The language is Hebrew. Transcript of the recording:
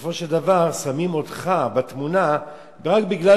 ובסופו של דבר שמים אותך בתמונה רק מכיוון